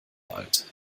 alt